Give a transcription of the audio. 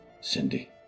Cindy